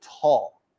tall